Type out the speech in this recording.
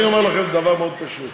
אני אומר לכם דבר מאוד פשוט.